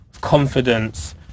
confidence